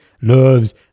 nerves